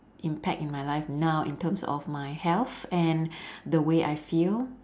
impact in my life now in terms of my health and the way I feel